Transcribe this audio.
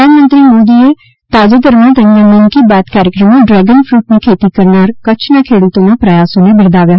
પ્રધાનમંત્રી નરેન્દ્ર મોદીએ તાજેતરમાં તેમના મન કી બાત કાર્યક્રમમાં ડ્રેગન ક્રૂટની ખેતી કરનાર કચ્છના ખેડૂતોના પ્રયાસોને બિરદાવ્યા હતા